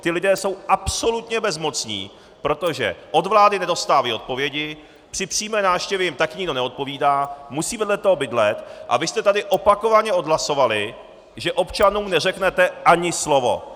Ti lidé jsou absolutně bezmocní, protože od vlády nedostávají odpovědi, při přímé návštěvě jim taky nikdo neodpovídá, musí vedle toho bydlet, a vy jste tady opakovaně odhlasovali, že občanům neřeknete ani slovo!